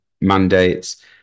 mandates